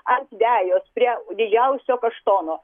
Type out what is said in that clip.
ant vejos prie didžiausio kaštono